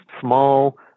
small